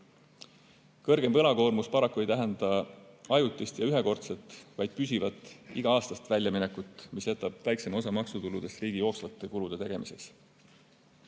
Kõrgem võlakoormus paraku ei tähenda ajutist ja ühekordset, vaid püsivat iga-aastast väljaminekut, mis jätab väiksema osa maksutuludest riigi jooksvate kulude